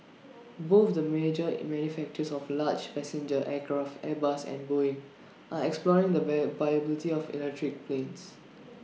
both the major in manufacturers of large passenger aircraft airbus and boeing are exploring the via viability of electric planes